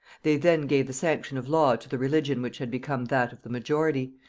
they then gave the sanction of law to the religion which had become that of the majority,